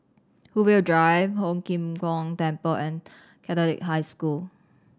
Brookvale Drive Ho Lim Kong Temple and Catholic High School